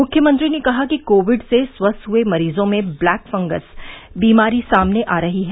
मुख्यमंत्री ने कहा कि कोविड से स्वस्थ हुए मरीजों में ब्लैक फंगस बीमारी सामने आ रही है